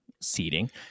seating